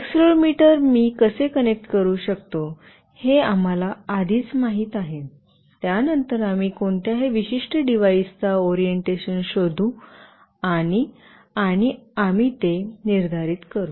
accelerometer मी कसे connect करू शकतो हे आम्हाला आधीच माहित आहे त्यानंतर आम्ही कोणत्याही विशिष्ट डिव्हाइसचा ओरिएंटेशन शोधू आणि आम्ही ते निर्धारित करू